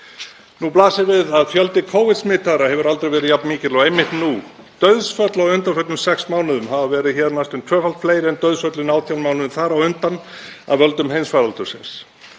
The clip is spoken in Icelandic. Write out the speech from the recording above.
Nú blasir við að fjöldi Covid-smitaðra hefur aldrei verið jafn mikill og einmitt nú. Dauðsföll á undanförnum sex mánuðum hafa verið hér næstum tvöfalt fleiri en dauðsföllin 18 mánuðina þar á undan af völdum heimsfaraldursins.